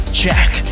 check